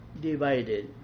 divided